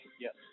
Yes